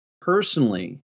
personally